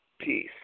peace